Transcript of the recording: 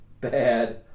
bad